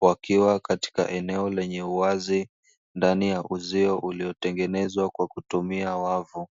Wakiwa katika eneo lenye uwazi ndani ya uzio uliotengenezwa kwa kutumia wavu.